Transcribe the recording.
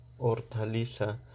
Hortaliza